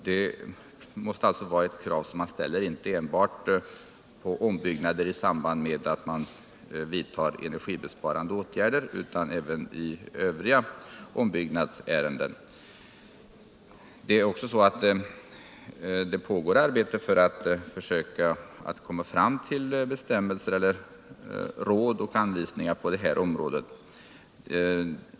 Det måste alltså vara ett krav som man ställer inte enbart på ombyggnader i samband med energibesparande åtgärder utan även i övriga ombyggnadsärenden. Det pågår också arbete för att försöka komma fram till bestämmelser eller råd och anvisningar på det här området.